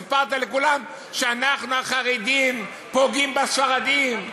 סיפרת לכולם שאנחנו החרדים פוגעים בספרדים.